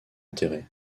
enterré